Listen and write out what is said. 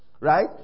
Right